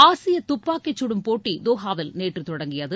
ஆசிய துப்பாக்கிச் சுடும் போட்டி தோஹாவில் நேற்று தொடங்கியது